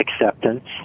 acceptance